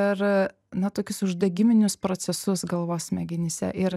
ir na tokius uždegiminius procesus galvos smegenyse ir